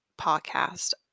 podcast